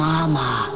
Mama